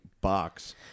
box